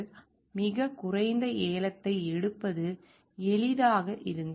அவர்கள் மிகக் குறைந்த ஏலத்தை எடுப்பது எளிதாக இருந்தது